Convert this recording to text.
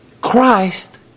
Christ